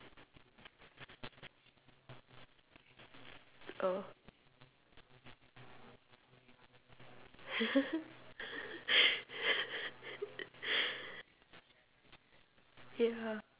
oh ya